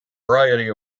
variety